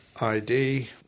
ID